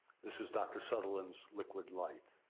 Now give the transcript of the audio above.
this is dr. sutherland's liquid light.